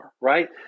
right